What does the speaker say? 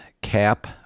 Cap